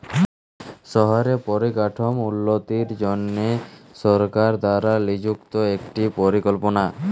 শহরে পরিকাঠাম উল্যতির জনহে সরকার দ্বারা লিযুক্ত একটি পরিকল্পলা